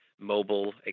mobile